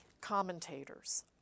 commentators